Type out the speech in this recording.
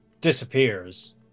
disappears